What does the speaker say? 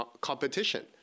competition